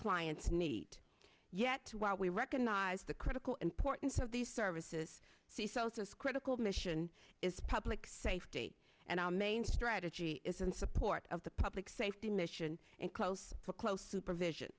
clients need yet to while we recognize the critical importance of these services c celsus critical mission is public safety and our main strategy is in support of the public safety mission and close to close supervision